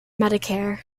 medicare